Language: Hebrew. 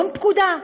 יום פקודה.